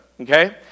okay